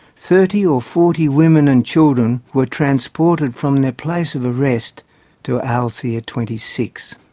thirty or forty women and children were transported from their place of arrest to alzhir twenty six.